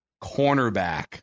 cornerback